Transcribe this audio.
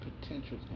potential